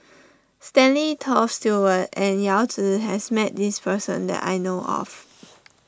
Stanley Toft Stewart and Yao Zi has met this person that I know of